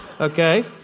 okay